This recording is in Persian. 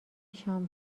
شام